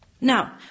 Now